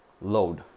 load